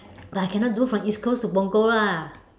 but I cannot do from east coast to Punggol lah